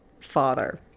father